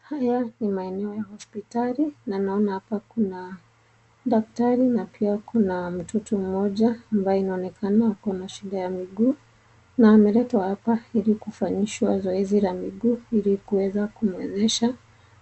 Haya ni maeneo ya hospitali na naona hapa kuna daktari na pia kuna mtoto mmoja ambaye inaonekana ako na shida ya miguu na ameletwa hapa ili kufanyishwa zoezi la miguu ili kuweza kumwezesha